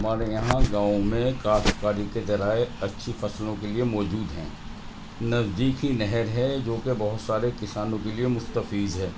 ہمارے یہاں گاؤں میں کاشتکاری کے ذرائع اچھی فصلوں کے موجود ہیں نزدیکی نہر ہے جو کہ بہت سارے کسانوں کے لیے مستفیض ہے